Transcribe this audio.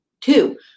Two